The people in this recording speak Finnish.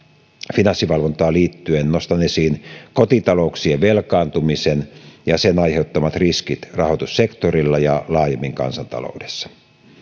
finanssivalvontaan liittyen nostan esiin kotitalouksien velkaantumisen ja sen aiheuttamat riskit rahoitussektorilla ja laajemmin kansantaloudessa